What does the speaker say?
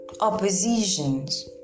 oppositions